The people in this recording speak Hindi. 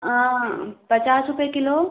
पचास रुपये किलो